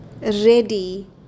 ready